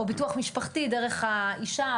או ביטוח משפחתי דרך האישה,